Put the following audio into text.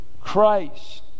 Christ